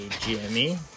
Jimmy